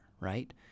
right